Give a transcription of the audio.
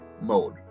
mode